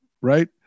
Right